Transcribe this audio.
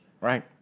Right